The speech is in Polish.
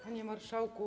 Panie Marszałku!